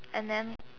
and then